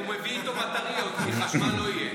הוא מביא איתו בטריות, כי חשמל לא יהיה.